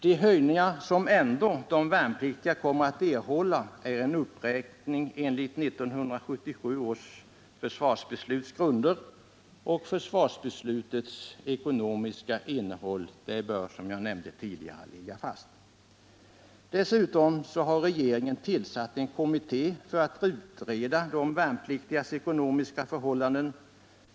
De höjningar som de värnpliktiga ändå kommer att erhålla följer av en uppräkning enligt 1977 års försvarsbesluts grunder. Försvarsbeslutets ekonomiska innehåll bör, som jag nämnde tidigare, ligga fast. Dessutom har regeringen tillsatt en kommitté för att utreda de värnpliktigas ekonomiska förhållanden.